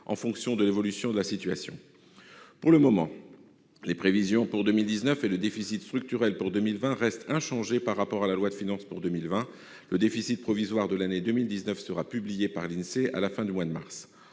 en fonction de l'évolution de la situation. Pour le moment, les prévisions pour 2019 et le déficit structurel pour 2020 restent inchangés par rapport à la loi de finances pour 2020. Le déficit provisoire de l'année 2019 sera publié par l'Insee à la fin du mois de mars.